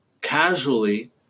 casually